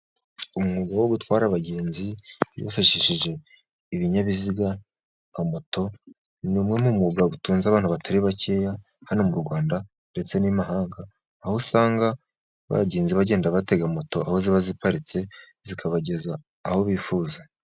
Umwuga wo gutwara abagenzi hifashishijwe ibinyabiziga nka moto, ni umwe mu mwuga utunze abantu batari bakeya hano mu Rwanda ndetse n'imahanga, aho usanga abagenzi bagenda batega moto aho ziba ziparitse, zikabageza aho bifuza.